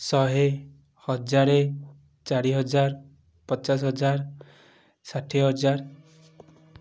ଶହେ ହଜାର ଚାରି ହଜାର ପଚାଶ ହଜାର ଷାଠିଏ ହଜାର